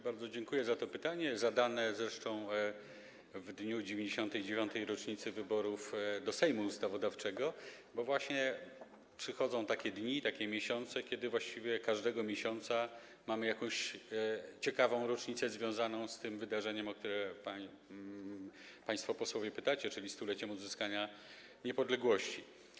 Bardzo dziękuję za to pytanie, zadane zresztą w dniu 99. rocznicy wyborów do Sejmu Ustawodawczego, bo właśnie przychodzą takie dni, kiedy właściwie każdego miesiąca mamy jakąś ciekawą rocznicę związaną z tym wydarzeniem, o które państwo posłowie pytacie, czyli 100-leciem odzyskania niepodległości.